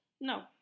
no